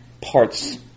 parts